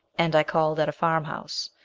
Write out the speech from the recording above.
and i called at a farmhouse.